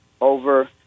over